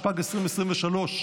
התשפ"ג 2023,